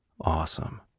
awesome